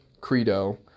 Credo